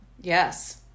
Yes